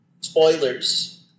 spoilers –